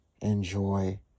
enjoy